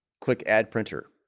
click add printer